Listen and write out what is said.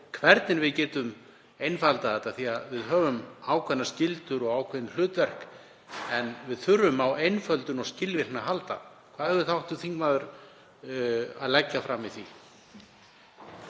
sér að við getum einfaldað þetta. Við höfum ákveðnar skyldur og ákveðin hlutverk en við þurfum á einföldun og skilvirkni að halda. Hvað hefur hv. þingmaður að leggja fram í því?